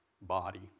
body